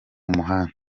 muhanda